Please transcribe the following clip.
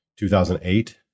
2008